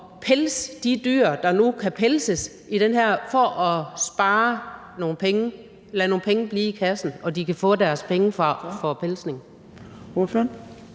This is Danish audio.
pelse de dyr, der nu kan pelses, for at spare nogle penge, lade nogle penge blive i kassen og de kan få deres penge for pelsning?